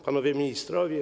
Panowie Ministrowie!